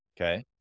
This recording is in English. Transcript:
Okay